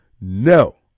No